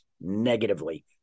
negatively